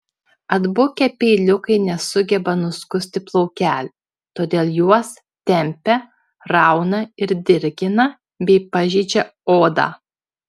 atbukę peiliukai nesugeba nuskusti plaukelių todėl juos tempia rauna ir dirgina bei pažeidžia odą